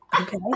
Okay